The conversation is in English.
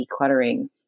decluttering